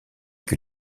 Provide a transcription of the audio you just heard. que